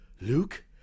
Luke